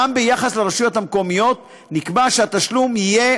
גם ביחס לרשויות המקומיות נקבע שהתשלום יהיה